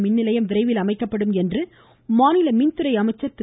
மின்நிலையம் விரைவில் அமைக்கப்படும் என்று மாநில மின்துறை அமைச்சர் திரு